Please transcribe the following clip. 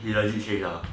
he lagi chase ah